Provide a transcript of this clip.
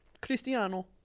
Cristiano